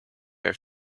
i’ve